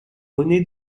rené